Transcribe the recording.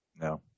No